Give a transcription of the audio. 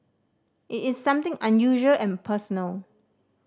it is something unusual and personal